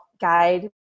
guide